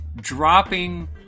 Dropping